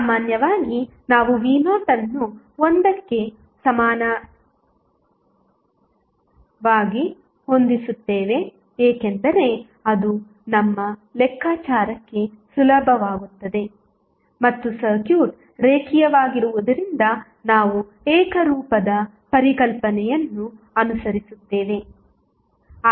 ಸಾಮಾನ್ಯವಾಗಿ ನಾವು v0 ಅನ್ನು 1 ಕ್ಕೆ ಸಮನಾಗಿಹೊಂದಿಸುತ್ತೇವೆ ಏಕೆಂದರೆ ಅದು ನಮ್ಮ ಲೆಕ್ಕಾಚಾರಕ್ಕೆ ಸುಲಭವಾಗುತ್ತದೆ ಮತ್ತು ಸರ್ಕ್ಯೂಟ್ ರೇಖೀಯವಾಗಿರುವುದರಿಂದ ನಾವು ಏಕರೂಪದ ಪರಿಕಲ್ಪನೆಯನ್ನು ಅನುಸರಿಸುತ್ತೇವೆ